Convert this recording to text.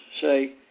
say